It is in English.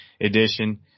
edition